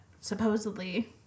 supposedly